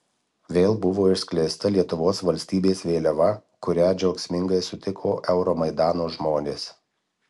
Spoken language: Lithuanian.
vėl buvo išskleista lietuvos valstybės vėliava kurią džiaugsmingai sutiko euromaidano žmonės